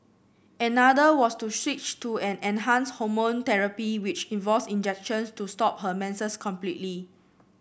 another was to switch to an enhanced hormone therapy which involved injections to stop her menses completely